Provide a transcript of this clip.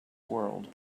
world